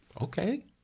okay